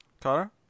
Connor